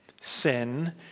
Sin